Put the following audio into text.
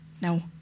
no